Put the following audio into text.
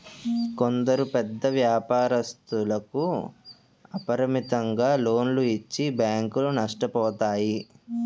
కొందరు పెద్ద వ్యాపారస్తులకు అపరిమితంగా లోన్లు ఇచ్చి బ్యాంకులు నష్టపోతాయి